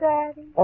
Daddy